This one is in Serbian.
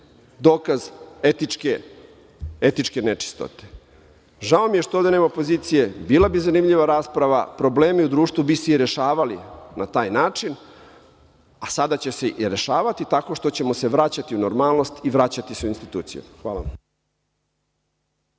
dokaz etičke nečistote. Žao mi je što ovde nema opozicije. Bila bi zanimljiva rasprava. Problemi u društvu bi se i rešavali na taj način, a sada će se rešavati tako što ćemo se vraćati u normalnost i vraćati se u institucije. Hvala